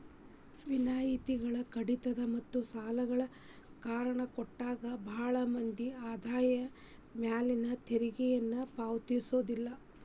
ವಿನಾಯಿತಿಗಳ ಕಡಿತಗಳ ಮತ್ತ ಸಾಲಗಳ ಕಾರಣ ಕೊಟ್ಟ ಭಾಳ್ ಮಂದಿ ಆದಾಯದ ಮ್ಯಾಲಿನ ತೆರಿಗೆನ ಪಾವತಿಸೋದಿಲ್ಲ